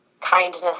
kindness